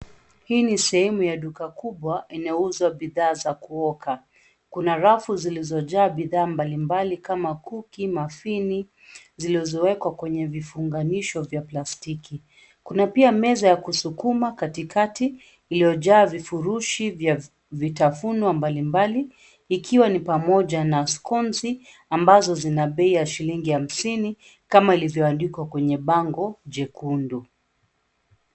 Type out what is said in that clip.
Hii ni sehemu ya duka kubwa inaouza bidhaa za kuoka. Kuna rafu zilizojaa bidhaa mbalimbali kama kuki, mafini, zilizowekwa kwenye vifunganisho vya plastiki. Kuna pia meza ya kusukuma katikati iliyojaa vifurushi vya vitafunwa mbalimbali ikiwa ni pamoja na skonsi ambazo zina bei ya shilingi hamsini kama ilivyoandikwa kwenye bango jekundu.